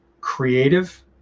creative